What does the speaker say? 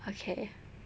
okay